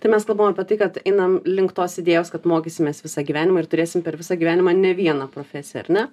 tai mes kalbam apie tai kad einam link tos idėjos kad mokysimės visą gyvenimą ir turėsim per visą gyvenimą ne vieną profesiją ar ne